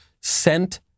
sent